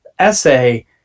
essay